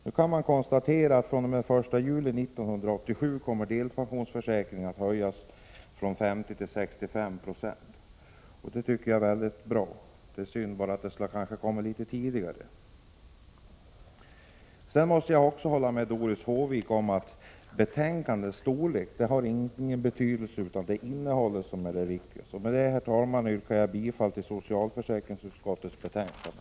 Nu kan man konstatera att delpensionsförsäkringen fr.o.m. den 1 juli 1987 kommer att höjas från 50 2 till 65 0. Det tycker jag är väldigt bra. Det är bara synd att det inte kom litet tidigare. Jag måste också hålla med Doris Håvik om att betänkandets omfattning inte har någon betydelse. Det är innehållet som är det viktigaste. Herr talman! Jag yrkar bifall till hemställan i socialförsäkringsutskottets betänkande.